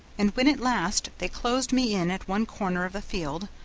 and when at last they closed me in at one corner of the field,